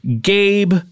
Gabe